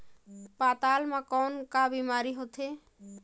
पातल म कौन का बीमारी होथे?